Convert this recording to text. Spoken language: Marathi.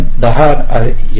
10 यावे